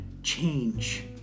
change